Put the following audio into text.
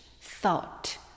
thought